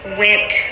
went